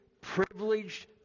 privileged